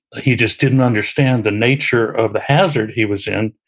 he just didn't understand the nature of the hazard he was in.